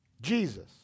Jesus